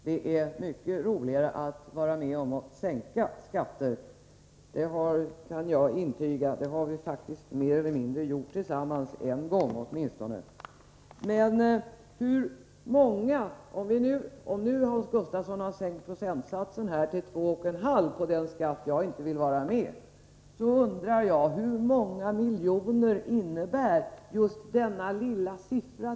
Det är mycket roligare att få vara med om att sänka skatter. Det kan jag intyga. Åtminstone en gång har vi, i vissa stycken, tillsammans gjort det. Men, Hans Gustafsson, om nu procentsatsen sänks till 2,5 96 —någotsom jag inte är med på — vill jag fråga: Hur många miljoner innebär det lilla procenttalet egentligen?